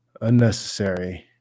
unnecessary